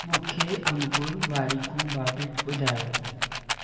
मूंखे अंकुर वारिकू बाबति ॿुधायो